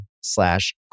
slash